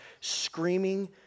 screaming